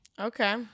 Okay